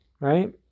right